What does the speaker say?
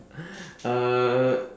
uh